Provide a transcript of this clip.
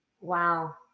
Wow